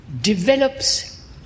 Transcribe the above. develops